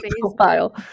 profile